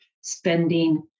spending